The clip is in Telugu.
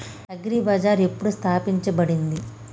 అగ్రి బజార్ ఎప్పుడు స్థాపించబడింది?